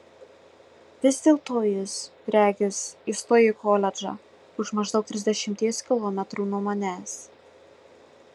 vis dėlto jis regis įstojo į koledžą už maždaug trisdešimties kilometrų nuo manęs